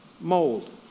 mold